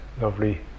lovely